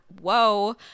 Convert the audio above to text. whoa